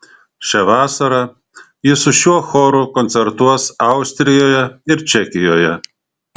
šią vasarą ji su šiuo choru koncertuos austrijoje ir čekijoje